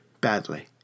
badly